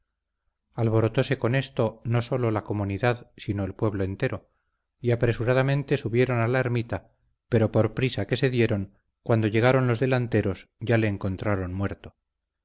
socorro alborotóse con esto no sólo la comunidad sino el pueblo entero y apresuradamente subieron a la ermita pero por prisa que se dieron cuando llegaron los delanteros ya le encontraron muerto